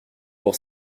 pour